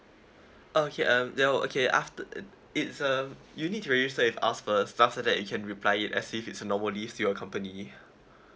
oh okay um there will okay aft~ uh it's um you need to register with us first thus so that you can reapply it as if it's a normal leaves to your company